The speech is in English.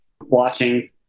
watching